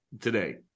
today